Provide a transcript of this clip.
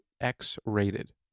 X-rated